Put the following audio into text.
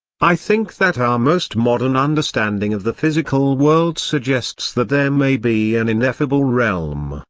i think that our most modern understanding of the physical world suggests that there may be an ineffable realm,